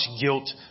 guilt